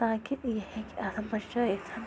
تاکہِ یہِ ہیٚکہِ اَتھ بچٲوتھ